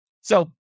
So-